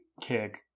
Kick